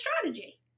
strategy